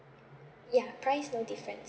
ya price no difference